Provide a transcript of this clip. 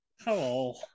hello